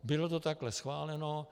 Bylo to takhle schváleno.